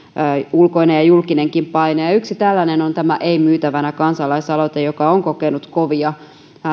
ulkoinen ja julkinenkin paine yksi tällainen on ei myytävänä kansalaisaloite joka on kokenut kovia